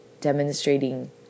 demonstrating